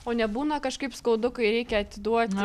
o nebūna kažkaip skaudu kai reikia atiduoti